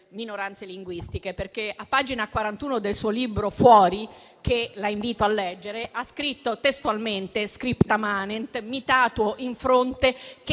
minoranze linguistiche - a pagina 41 del suo libro "Fuori!", che la invito a leggere, ha scritto testualmente (*scripta manent*) "mi tatuo in fronte che